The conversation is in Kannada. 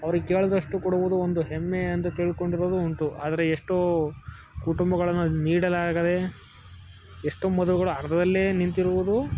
ಅವ್ರಿಗೆ ಕೇಳಿದಷ್ಟು ಕೊಡುವುದು ಒಂದು ಹೆಮ್ಮೆ ಎಂದು ತಿಳ್ಕೊಂಡಿರುವುದೂ ಉಂಟು ಆದರೆ ಎಷ್ಟೋ ಕುಟುಂಬಗಳನ್ನು ನೀಡಲಾಗದೆ ಎಷ್ಟೋ ಮದುವೆಗಳು ಅರ್ಧದಲ್ಲೇ ನಿಂತಿರುವುದು